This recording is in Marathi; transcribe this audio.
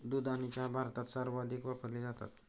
दूध आणि चहा भारतात सर्वाधिक वापरले जातात